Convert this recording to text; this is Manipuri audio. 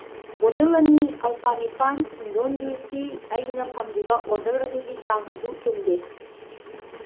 ꯕꯣꯇꯜ ꯑꯅꯤ ꯑꯜꯐꯥ ꯅꯤꯄꯥꯟ ꯄꯨꯡꯗꯣꯟ ꯖꯨꯁꯀꯤ ꯑꯩꯅ ꯐꯪꯈꯤꯕ ꯑꯣꯔꯗꯔ ꯑꯗꯨꯒꯤ ꯆꯥꯡ ꯑꯗꯨ ꯆꯨꯝꯗꯦ